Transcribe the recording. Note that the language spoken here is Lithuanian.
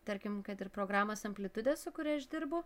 tarkim kad ir programos amplitudė su kuria aš dirbu